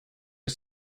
are